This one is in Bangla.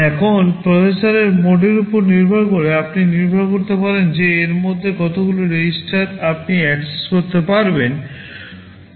এখন প্রসেসরের মোডের উপর নির্ভর করে আপনি নির্ভর করতে পারেন যে এর মধ্যে কতগুলি REGISTER আপনি অ্যাক্সেস করতে পারবেন